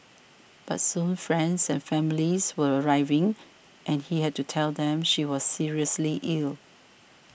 but soon friends and families were arriving and he had to tell them she was seriously ill